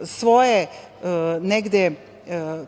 vrsti negde